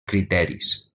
criteris